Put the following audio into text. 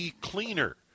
Cleaner